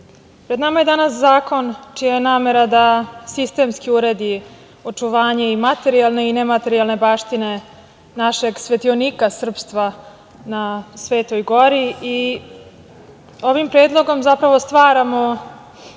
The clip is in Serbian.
pred nama je danas zakon čija je namera da sistemski uredi očuvanje i materijalne i nematerijalne baštine našeg svetionika srpstva na Svetoj Gori. Ovim Predlogom zapravo stvaramo